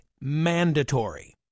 mandatory